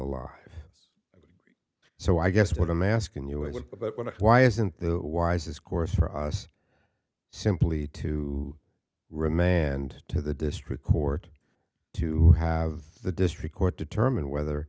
alive so i guess what i'm asking you is what but why isn't the wisest course for us simply to remand to the district court to have the district court determine whether